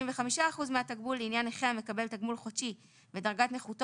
35% מהתגמול לעניין נכה המקבל תגמול חודשי ודרגת נכותו